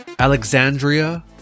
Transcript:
Alexandria